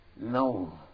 no